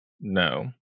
No